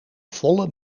volle